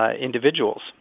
individuals